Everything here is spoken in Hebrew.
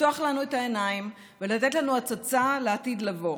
לפתוח לנו את העיניים ולתת לנו הצצה לעתיד לבוא.